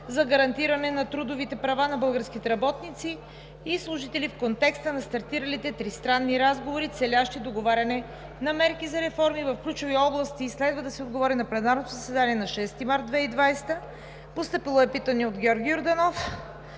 за гарантиране на трудовите права на българските работници и служители в контекста на стартиралите тристранни разговори, целящи договаряне на мерки за реформи в ключови области. Следва да се отговори в пленарното заседание на 6 март 2020 г.; - народния представител Георги Йорданов